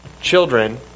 children